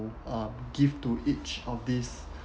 um give to each of these